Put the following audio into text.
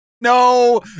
No